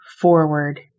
forward